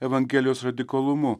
evangelijos radikalumu